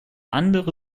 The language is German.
andere